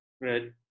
Right